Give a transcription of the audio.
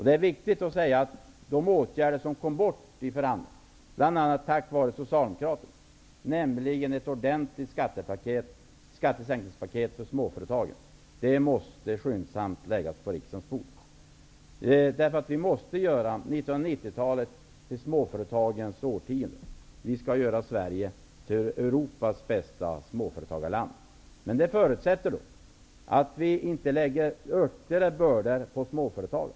Det är viktigt att de åtgärder som kom bort i förhandlingarn bl.a. på grund av Socialdemokraterna, nämligen ett ordentligt skattesänkningspekt för småföretagen, skyndsamt måste läggas på riksdagens bord. Vi måste göra 1990-talet till småföretagens årtionde. Vi skall göra Sverige till Europas bästa småföretagarland. Det förutsätter att vi inte lägger ökade bördor på småföretagen.